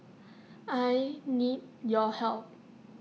I need your help